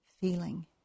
feeling